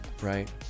Right